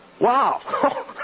Wow